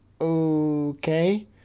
okay